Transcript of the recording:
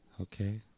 Okay